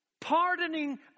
Pardoning